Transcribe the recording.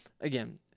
again